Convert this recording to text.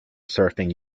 surfing